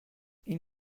این